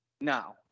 now